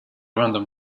random